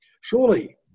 Surely